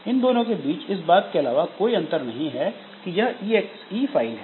इन दोनों के बीच इस बात के अलावा कोई अंतर नहीं कि यह ई एक्स ई फाइल है